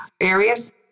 areas